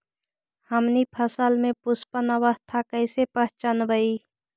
हमनी फसल में पुष्पन अवस्था कईसे पहचनबई?